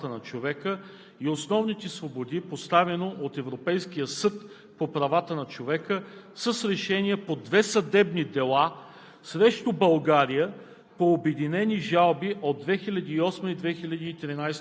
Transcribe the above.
на действащите норми в Семейния кодекс с чл. 8 от Конвенцията за защита на правата на човека и основните свободи, постановено от Европейския съд по правата на човека с решение по две съдебни дела